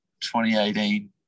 2018